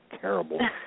terrible